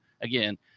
again